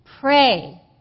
pray